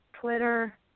Twitter